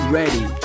ready